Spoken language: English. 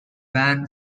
ban